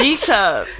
G-cup